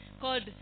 ...called